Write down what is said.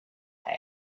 had